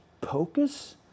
pocus